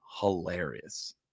hilarious